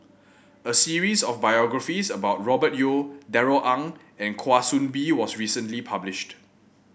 a series of biographies about Robert Yeo Darrell Ang and Kwa Soon Bee was recently published